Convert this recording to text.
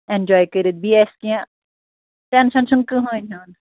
enjoy کٔرِتھ بیٚیہِ آسہِ کیٚنٛہہ ٹٮ۪نٛشَن چھُنہٕ کٕہٕنٛۍ ہیوٚن